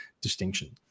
distinction